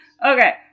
Okay